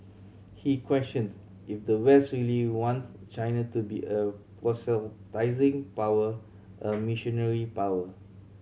he questioned if the West really wants China to be a proselytising power a missionary power